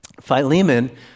Philemon